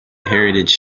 heritage